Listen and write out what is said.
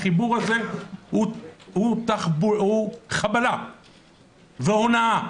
החיבור הזה הוא חבלה והונאה,